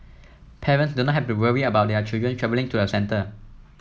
parents do not have to worry about their children travelling to a centre